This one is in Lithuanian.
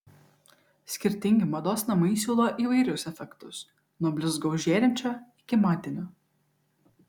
skirtingi mados namai siūlo įvairius efektus nuo blizgaus žėrinčio iki matinio